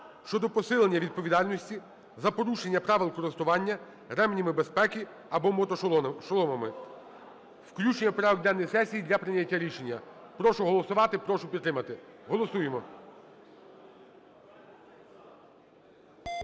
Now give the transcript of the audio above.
(щодо посилення відповідальності за порушення правил користування ременями безпеки або мотошоломами). Включення в порядок денний сесії для прийняття рішення. Прошу голосувати, прошу підтримати. Голосуємо.